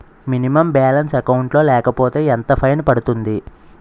Minimum balance account లో లేకపోతే ఎంత ఫైన్ పడుతుంది?